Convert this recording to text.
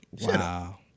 Wow